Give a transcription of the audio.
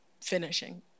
finishing